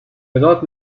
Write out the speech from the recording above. edad